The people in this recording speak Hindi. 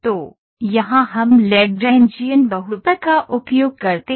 तो यहाँ हम लैग्रैन्जियन बहुपद का उपयोग करते हैं